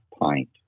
pint